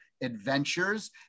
adventures